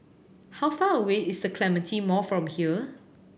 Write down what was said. how far away is The Clementi Mall from here